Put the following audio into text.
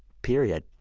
period.